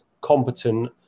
competent